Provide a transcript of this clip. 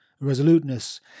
resoluteness